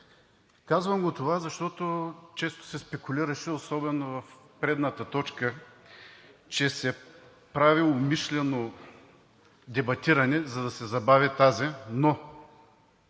Казвам това, защото често се спекулираше, особено в предната точка, че се прави умишлено дебатиране, за да се забави тази, но